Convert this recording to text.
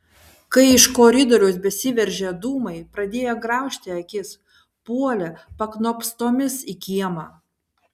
kai iš koridoriaus besiveržią dūmai pradėjo graužti akis puolė paknopstomis į kiemą